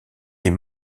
est